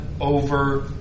over